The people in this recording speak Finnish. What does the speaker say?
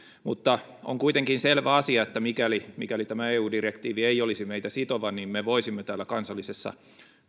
on kuitenkin selvä asia että mikäli mikäli tämä eu direktiivi ei olisi meitä sitova me voisimme täällä kansallisessa